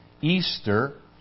Easter